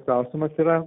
klausimas yra